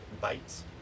bites